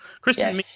Christian